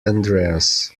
andreas